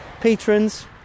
patrons